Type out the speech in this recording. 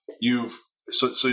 you've—so